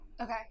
Okay